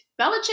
Belichick